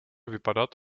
vypadat